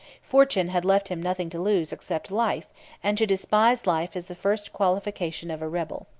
fortune had left him nothing to lose, except life and to despise life is the first qualification of a rebel.